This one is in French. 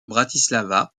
bratislava